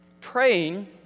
Praying